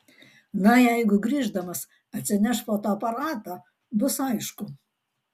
na jeigu grįždamas atsineš fotoaparatą bus aišku